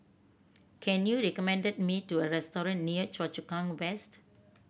can you recommend me to a restaurant near Choa Chu Kang West